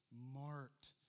marked